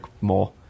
more